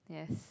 yes